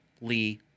Lee